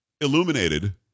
illuminated –